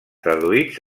traduïts